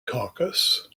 caucus